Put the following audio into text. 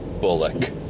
Bullock